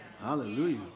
Hallelujah